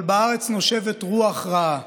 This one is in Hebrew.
אבל בארץ נושבת רוח רעה.